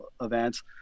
events